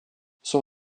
son